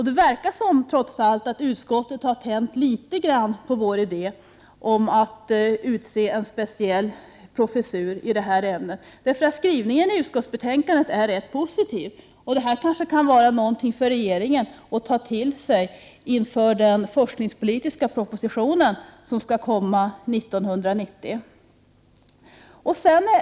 Det verkar trots allt som om utskottet tänt litet grand på vår idé om att inrätta en speciell professur i detta ämne, eftersom skrivningen i utskottsbetänkandet är rätt positiv. Detta kan kanske vara något för regeringen att ta till sig inför den forskningspolitiska proposition som skall komma år 1990.